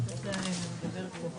בשעה